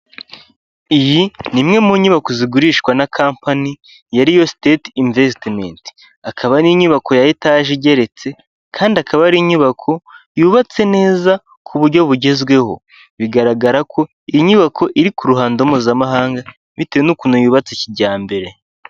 Iyi ni imwe mu nyubako zigurishwa na kampani ya riyo siteyiti imvesitimenti, akaba ari inyubako ya etaje igeretse kandi akaba ari inyubako yubatse neza ku buryo bugezweho, bigaragara ko iyi inyubako iri ku ruhando mpuzamahanga bitewe n'ukuntu yubatse kijyambere.